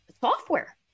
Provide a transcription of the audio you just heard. software